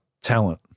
talent